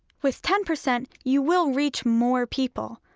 with ten percent you will reach more people,